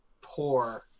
poor